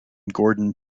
gordon